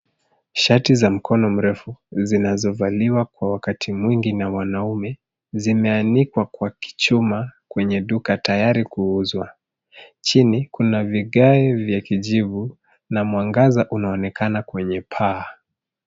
Shati za mkono mrefu zinazovaliwa kwa wakati mwingi na wanaume zimeanikwa kwa kichuma kwenye duka tayari kuuzwa, chini kuna vigae vya kijivu na mwangaza unaonekana kwenye paa.